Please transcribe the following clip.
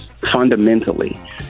fundamentally